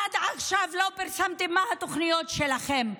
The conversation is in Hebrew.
עד עכשיו לא פרסמתם מה התוכניות שלכם,